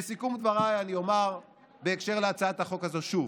לסיכום דבריי, אני אומר בקשר להצעת החוק הזו שוב: